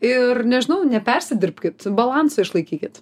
ir nežinau nepersidirbkit balansą išlaikykit